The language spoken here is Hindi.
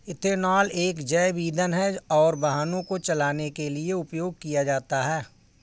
इथेनॉल एक जैव ईंधन है और वाहनों को चलाने के लिए उपयोग किया जाता है